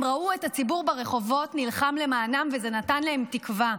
הם ראו את הציבור ברחובות נלחם למענם וזה נתן להם תקווה.